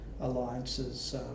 alliances